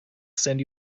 send